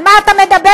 על מה אתה מדבר?